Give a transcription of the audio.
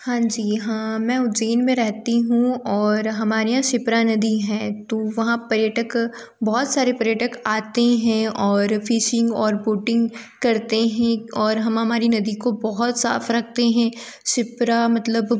हाँ जी हाँ मैं उज्जेन में रहती हूँ और हमारे यहाँ शिप्रा नदी हैं तो वहाँ पर्यटक बहुत सारे पर्यटक आते हें और फ़िशिंग और बोटिंग करते हैं और हम हमारी नदी को बहुत साफ रखते हें शिप्रा मतलब